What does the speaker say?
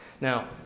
Now